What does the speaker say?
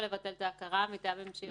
לא לבטל את ההכרה מטעמים שיירשמו.